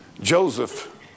Joseph